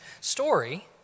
story